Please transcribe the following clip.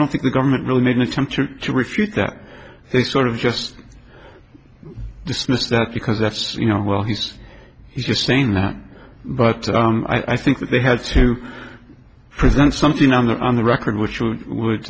don't think the government really made an attempt to refute that they sort of just dismissed that because that's you know well he's he's just saying that but i think that they had to present something on the on the record which route would